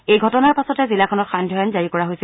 এই ঘটনাৰ পাছতে জিলাখনত সান্ধ্য আইন জাৰি কৰা হৈছিল